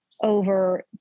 over